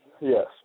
Yes